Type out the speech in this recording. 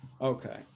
okay